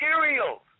materials